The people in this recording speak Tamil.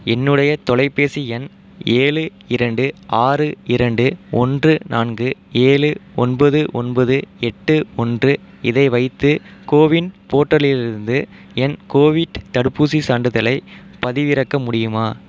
என்னுடைய தொலைபேசி எண் ஏழு இரண்டு ஆறு இரண்டு ஒன்று நான்கு ஏழு ஒன்பது ஒன்பது எட்டு ஒன்று இதை வைத்து கோவின் போர்ட்டலிலிருந்து என் கோவிட் தடுப்பூசிச் சான்றிதழைப் பதிவிறக்க முடியுமா